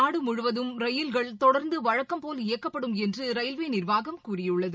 நாடு முழுவதும் ரயில்கள் தொடர்ந்து வழக்கம்போல் இயக்கப்படும் என்று ரயில்வே நிர்வாகம் கூறியுள்ளது